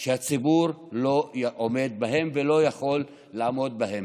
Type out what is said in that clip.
שהציבור לא עומד בהן ולא יכול לעמוד בהן.